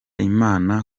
imana